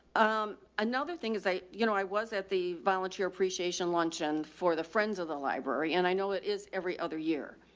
um, another thing is i, you know, i was at the volunteer appreciation luncheon for the friends of the library and i know it is every other year.